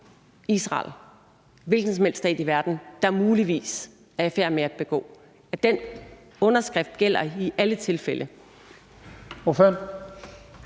Israel og en hvilken som helst stat i verden, der muligvis er i færd med at begå folkedrab, og den underskrift gælder i alle tilfælde. Kl.